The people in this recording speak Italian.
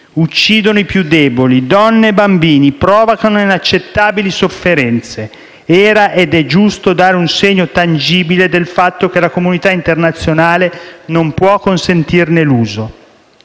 uccidono i più deboli (donne e bambini) e provocano inaccettabili sofferenze. Era ed è giusto dare un segno tangibile del fatto che la comunità internazionale non può consentirne l'uso.